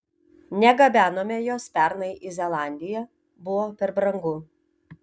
negabenome jos pernai į zelandiją buvo per brangu